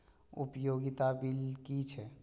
उपयोगिता बिल कि छै?